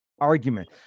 argument